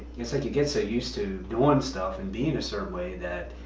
it's like you get so used to doing stuff and being a certain way, that